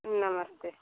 नमस्ते